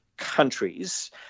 Countries